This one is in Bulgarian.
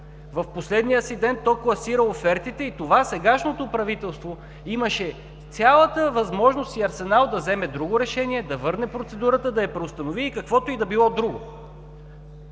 В последния си ден то класира офертите. И сегашното правителство имаше цялата възможност и арсенал да вземе друго решение, да върне процедурата, да я преустанови и каквото и да било друго!